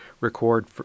record